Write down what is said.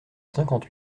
cinquante